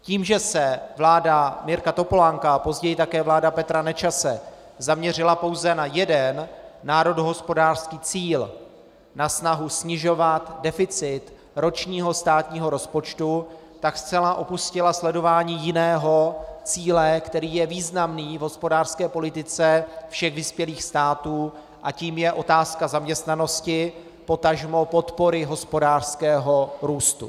Tím, že se vláda Mirka Topolánka a později také vláda Petra Nečase zaměřila pouze na jeden národohospodářský cíl, na snahu snižovat deficit ročního státního rozpočtu, zcela opustila sledování jiného cíle, který je významný v hospodářské politice všech vyspělých států, a tím je otázka zaměstnanosti, potažmo podpory hospodářského růstu.